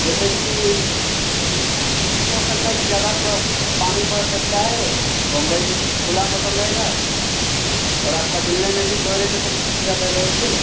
जैसे कि ये हो सकता है कि ज़्यादा पानी बरस सकता है बम्बई में तो खुला मौसम रहेगा और आपकी दिल्ली में भी कोहरे के संभावना ज़्यादा रहेगी